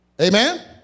Amen